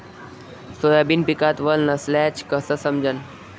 Soybean पिकात वल नसल्याचं कस समजन?